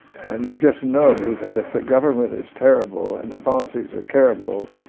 and you just know that if the government is terrible and the policies are terrible,